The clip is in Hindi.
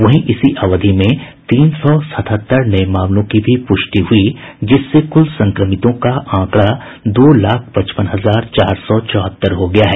वहीं इसी अवधि में तीन सौ सतहत्तर नये मामलों की भी पुष्टि हुई जिससे कुल संक्रमितों का आंकड़ा दो लाख पचपन हजार चार सौ चौहत्तर हो गया है